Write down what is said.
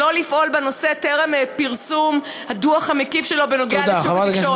שלא לפעול בנושא טרם פרסום הדוח המקיף שלו בנוגע לשוק התקשורת.